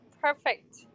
perfect